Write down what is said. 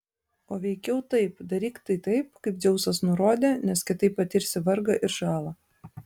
o veikiau taip daryk tai taip kaip dzeusas nurodė nes kitaip patirsi vargą ir žalą